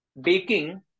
Baking